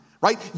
right